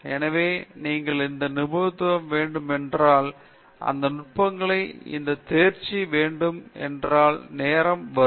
எனவே நீங்கள் இந்த நிபுணத்துவம் வேண்டும் என்றால் இந்த நுட்பங்களை இந்த தேர்ச்சிக்கு வேண்டும் என்றால் அது நேரமாக நேரம் எடுக்கும்